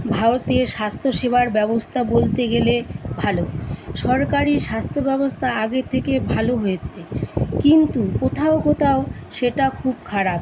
ভারতের স্বাস্থ্যসেবার ব্যবস্থা বলতে গেলে ভালো সরকারী স্বাস্থ্যব্যবস্থা আগের থেকে ভালো হয়েছে কিন্তু কোথাও কোথাও সেটা খুব খারাপ